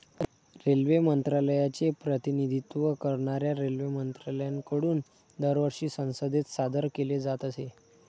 railway मंत्रालयाचे प्रतिनिधित्व करणाऱ्या रेल्वेमंत्र्यांकडून दरवर्षी संसदेत सादर केले जात असे